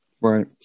Right